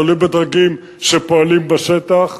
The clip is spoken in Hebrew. תלוי בדרגים שפועלים בשטח,